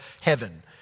heaven